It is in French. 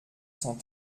cent